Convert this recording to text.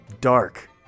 dark